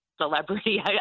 celebrity